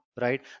right